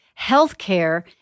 healthcare